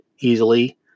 easily